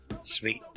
Sweet